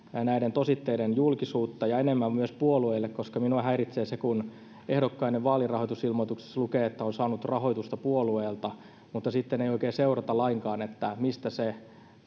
näiden tositteiden julkisuutta ja enemmän myös puolueille koska minua häiritsee se kun ehdokkaiden vaalirahoitusilmoituksissa lukee että on saanut rahoitusta puolueelta mutta sitten ei oikein seurata lainkaan mistä se